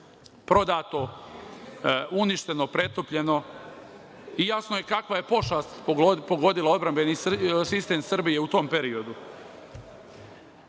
prodato, uništeno, pretopljeno i jasno je kakva je pošast pogodila odbrambeni sistem Srbije u tom periodu.